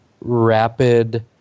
rapid